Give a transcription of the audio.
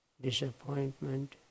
disappointment